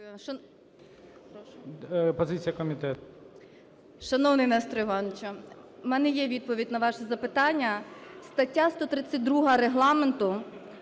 Шановний Несторе Івановичу, в мене є відповідь на ваше запитання. Стаття 132 Регламенту